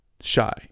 shy